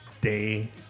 day